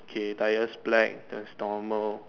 okay tires black that's normal